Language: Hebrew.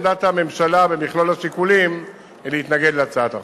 עמדת הממשלה במכלול השיקולים היא להתנגד להצעת החוק.